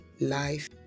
life